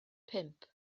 pump